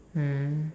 mm